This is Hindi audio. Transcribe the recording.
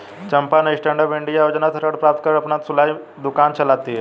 चंपा ने स्टैंडअप इंडिया योजना से ऋण प्राप्त कर अपना सिलाई दुकान चलाती है